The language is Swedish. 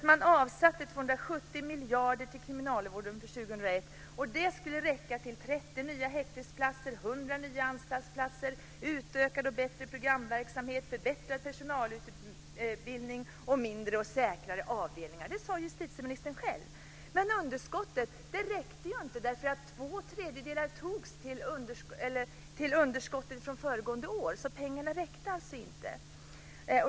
Man avsatte 270 miljoner till kriminalvården för 2001, och det skulle räcka till 30 nya häktesplatser, 100 nya anstaltsplatser, utökad och bättre programverksamhet, förbättrad personalutbildning och mindre och säkrare avdelningar. Det sade justitieministern själv. Men det räckte inte, för två tredjedelar togs i anspråk av underskottet från föregående år. Pengarna räckte alltså inte.